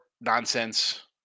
nonsense